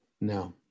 No